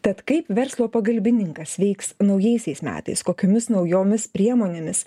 tad kaip verslo pagalbininkas veiks naujaisiais metais kokiomis naujomis priemonėmis